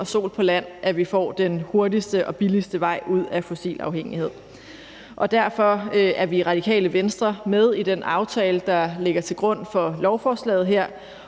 og solenergi på land, at vi får den hurtigste og billigste vej ud af fossil uafhængighed. Derfor er vi i Radikale Venstre med i den aftale, der ligger til grund for lovforslaget her,